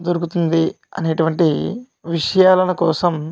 దొరుకుతుంది అనేటువంటి విషయాలల కోసం